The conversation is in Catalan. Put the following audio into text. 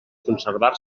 conservar